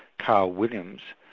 carl williams,